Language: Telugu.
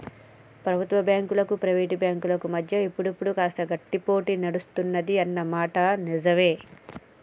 ప్రభుత్వ బ్యాంకులు ప్రైవేట్ బ్యాంకుల మధ్య ఇప్పుడు కాస్త గట్టి పోటీ నడుస్తుంది అన్న మాట నిజవే